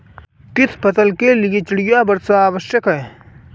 किस फसल के लिए चिड़िया वर्षा आवश्यक है?